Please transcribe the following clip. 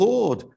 Lord